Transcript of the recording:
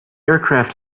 aircraft